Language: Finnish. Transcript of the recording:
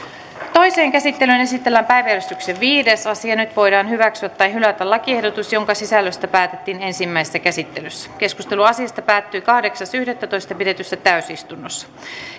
toiseen käsittelyyn esitellään päiväjärjestyksen viides asia nyt voidaan hyväksyä tai hylätä lakiehdotus jonka sisällöstä päätettiin ensimmäisessä käsittelyssä keskustelu asiasta päättyi kahdeksas yhdettätoista kaksituhattakuusitoista pidetyssä täysistunnossa